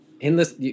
Endless